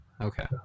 Okay